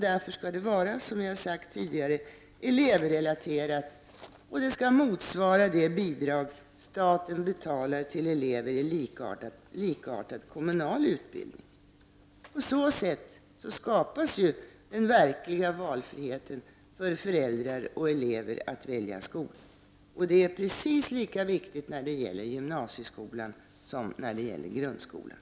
Därför skall bidraget vara elevrelaterat och motsvara det bidrag staten betalar till elever i likar tad kommunal utbildning. På så sätt skapas en verklig frihet för föräldrar och elever att välja skola. Det är precis lika viktigt när det gäller gymnasieskolan som när det gäller grundskolan.